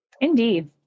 Indeed